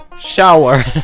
Shower